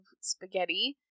spaghetti